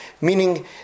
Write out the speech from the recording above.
meaning